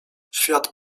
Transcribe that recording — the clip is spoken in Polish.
świat